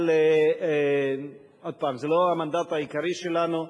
אבל עוד פעם, זה לא המנדט העיקרי שלנו.